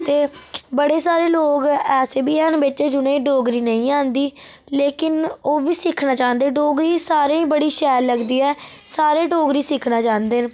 ते बड़े सारे लोक ऐसे बि हैन बिच्च जि'नें गी डोगरी नेईं औंदी लेकन ओह् बी सिक्खना चांह्दे डोगरी सारें गी बड़ी शैल लगदी ऐ सारे डोगरी सिक्खना चांह्दे न